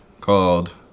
called